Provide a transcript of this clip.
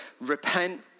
repent